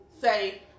say